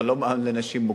אבל לא מעון לנשים מוכות.